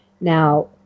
Now